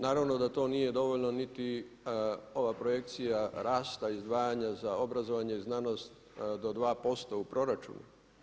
Naravno da to nije dovoljno niti ova projekcija rasta i izdvajanja za obrazovanje i znanosti do 2% u proračunu.